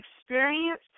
experience